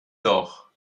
doch